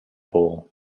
bowl